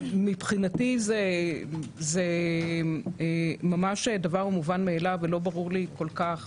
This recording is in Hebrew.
מבחינתי זה ממש דבר מובן מאליו, ולא ברור לי כל כך